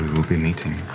will be meeting.